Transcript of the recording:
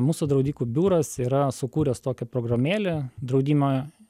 mūsų draudikų biuras yra sukūręs tokią programėlę draudimo